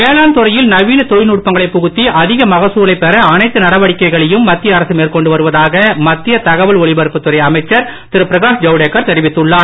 வேளாண் துறையில் நவீன தொழில்நுட்பங்களை புகுத்தி அதிக மகசூலை பெற அனைத்து நடவடிக்கைகளையும் மத்திய அரசு மேற்கொண்டு வருவதாக மத்திய தகவல் ஒலிபரப்புத்முறை அமைச்சர் திரு பிரகாஷ் ஜவ்டேகர் தெரிவித்துள்ளார்